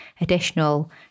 additional